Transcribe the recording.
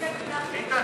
2015,